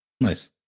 nice